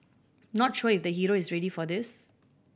not sure if the hero is ready for this